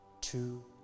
two